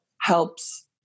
helps